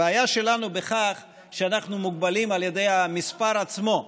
הבעיה שלנו היא בכך שאנחנו מוגבלים על ידי המספר עצמו.